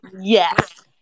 yes